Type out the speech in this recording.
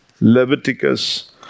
Leviticus